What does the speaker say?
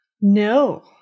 No